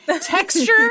texture